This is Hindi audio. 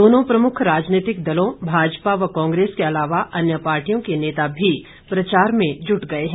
दोनों प्रमुख राजनीतिक दलों भाजपा व कांग्रेस के अलावा अन्य पार्टियों के नेता भी प्रचार में जुट गए हैं